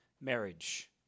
marriage